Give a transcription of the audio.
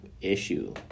issue